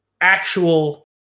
actual